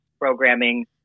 programming